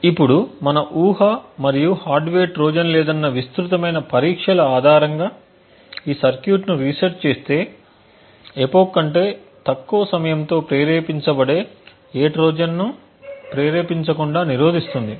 ఇప్పుడు మన ఊహ మరియు హార్డ్వేర్ ట్రోజన్ లేదన్న విస్తృతమైన పరీక్షల ఆధారంగా ఈ సర్క్యూట్ను రీసెట్ చేసే ఎపోక్ కంటే తక్కువ సమయంతో ప్రేరేపించబడే ఏ ట్రోజన్ను ప్రేరేపించకుండా నిరోధిస్తుంది